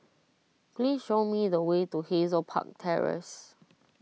please show me the way to Hazel Park Terrace